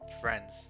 friends